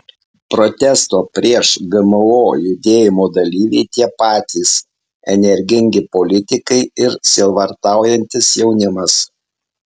protesto prieš gmo judėjimo dalyviai tie patys energingi politikai ir sielvartaujantis jaunimas